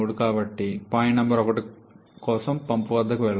కాబట్టి point number 1 కోసం pump వైపుకు వద్దాం